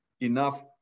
enough